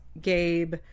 Gabe